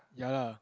ya lah